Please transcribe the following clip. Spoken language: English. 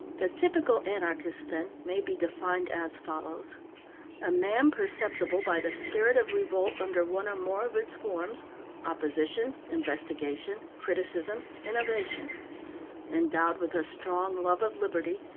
the typical anarchist, then, may be defined as follows a man perceptible by the spirit of revolt under one or more of its forms opposition, investigation, criticism, innovation endowed with a strong love of liberty,